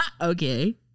okay